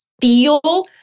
feel